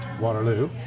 Waterloo